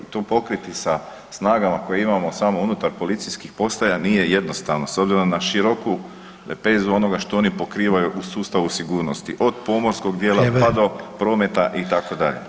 To pokriti sa snagama koje imamo samo unutar policijskih postaja nije jednostavno s obzirom na široku lepezu onoga što oni pokrivaju u sustavu sigurnosti, od pomorskog dijela, pa do prometa itd.